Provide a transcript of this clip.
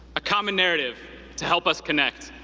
a common narrative to help us connect.